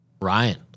Ryan